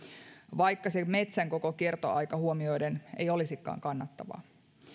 vaikka se metsän koko kiertoaika huomioiden ei olisikaan kannattavaa